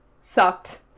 sucked